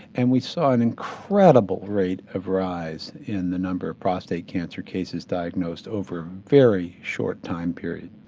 and we saw an incredible rate of rise in the number of prostate cancer cases diagnosed over a very short time period.